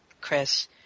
Chris